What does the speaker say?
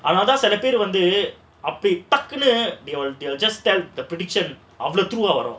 அதனால தான் சில பேரு வந்து:adhanaa lathaan silaperu vandhu they will they will just tell the prediction of the two hour